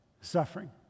suffering